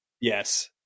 yes